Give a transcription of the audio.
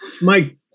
Mike